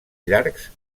llargs